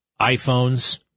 iPhones